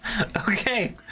okay